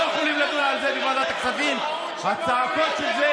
ממשלת השמאל הנוכחית היא מראה לכל אזרחי ישראל,